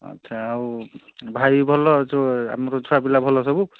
ଆଚ୍ଛା ଆଉ ଭାଇ ଭଲ ଯେଉଁ ଆମର ଛୁଆ ପିଲା ଭଲ ସବୁ